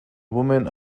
woman